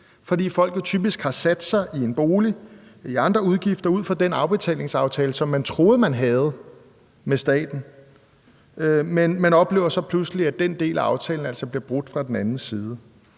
fordi de jo typisk har sat sig i en bolig eller andre udgifter ud fra den afbetalingsaftale, som de troede de havde med staten, men så oplever de pludselig, at den del af aftalen altså bliver brudt fra den anden side.